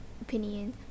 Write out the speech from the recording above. opinion